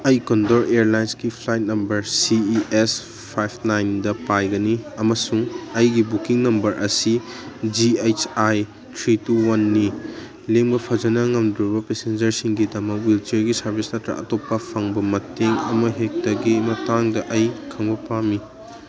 ꯑꯩ ꯀꯣꯟꯗꯣꯔ ꯏꯌꯔꯂꯥꯏꯟꯀꯤ flight number ꯁꯤ ꯏꯤ ꯑꯦꯁ ꯐꯥꯏꯚ ꯅꯥꯏꯟꯗ ꯄꯥꯏꯒꯅꯤ ꯑꯃꯁꯨꯡ ꯑꯩꯒꯤ ꯕꯨꯛꯀꯤꯡ ꯅꯝꯕꯔ ꯑꯁꯤ G S I three two ꯋꯥꯟꯅꯤ ꯂꯦꯡꯕ ꯐꯖꯅ ꯉꯝꯗ꯭ꯔꯕ ꯄꯦꯁꯦꯟꯖꯔꯁꯤꯡꯒꯤꯗꯃꯛ ꯍ꯭ꯋꯤꯜ ꯆꯤꯌꯔꯒꯤ ꯁꯥꯔꯕꯤꯁ ꯅꯠꯇ꯭ꯔꯒ ꯑꯇꯣꯞꯄ ꯐꯪꯕ ꯃꯇꯦꯡ ꯑꯃꯍꯦꯛꯇꯒꯤ ꯃꯇꯥꯡꯗ ꯑꯩ ꯈꯪꯕ ꯄꯥꯝꯃꯤ